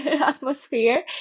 atmosphere